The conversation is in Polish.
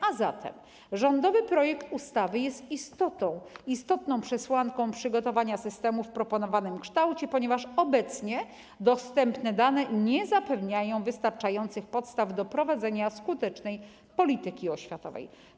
A zatem rządowy projekt ustawy jest istotną przesłanką przygotowania systemu w proponowanym kształcie, ponieważ obecnie dostępne dane nie zapewniają wystarczających podstaw do prowadzenia skutecznej polityki oświatowej.